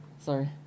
sorry